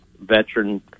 veteran